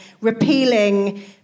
repealing